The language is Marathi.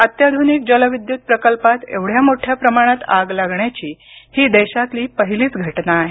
अत्याधुनिक जलविद्युत प्रकल्पात एवढ्या मोठ्या प्रमाणात आग लागण्याची ही देशातली पहिलीच घटना आहे